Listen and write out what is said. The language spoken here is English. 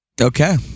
okay